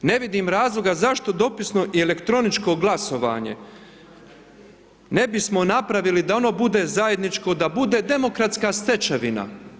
Ne vidim razloga zašto dopisno i elektroničko glasovanje ne bismo napravili da ono bude zajedničko, da bude demokratska stečevina.